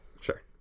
Sure